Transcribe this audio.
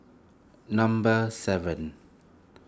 number seven